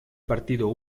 partido